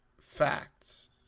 facts